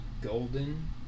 golden